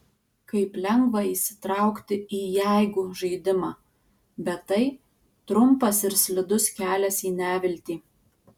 kaip lengva įsitraukti į jeigu žaidimą bet tai trumpas ir slidus kelias į neviltį